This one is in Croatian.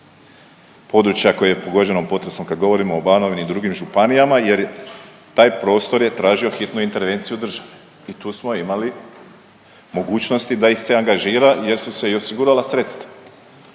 područja koja je pogođeno potresom kad govorimo o Banovini i drugim županijama jer taj prostor je tražio hitnu intervenciju države u tu smo imali mogućnosti da ih se angažira jer su se i osigurala sredstva.